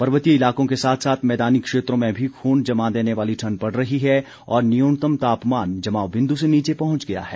पर्वतीय इलाकों के साथ साथ मैदानी क्षेत्रों में भी खून जमा देने वाली ठंड पड़ रही है और न्यूनतम तापमान जमाव बिंदु से नीचे पहुंच गया है